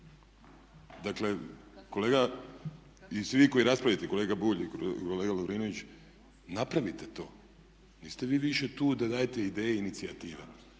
Dakle, kolega i svi ovi koji raspravljate, kolega Bulj i kolega Lovrinović, napravite to, niste vi više tu da dajete ideje i inicijative.